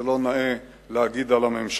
לא נאה להגיד את זה על הממשלה,